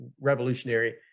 revolutionary